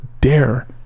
dare